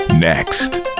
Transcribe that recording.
Next